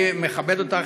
אני מכבד אותך,